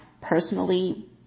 personally